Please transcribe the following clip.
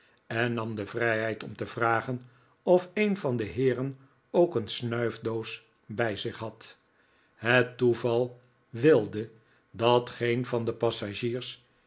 en nam de vrijheid om te vragen of een van de heeren ook een snuifdoos bij zich had het toeval wilde dat geen van de passagiers